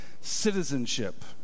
citizenship